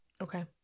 Okay